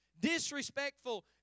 Disrespectful